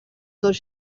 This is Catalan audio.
dos